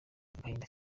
agahinda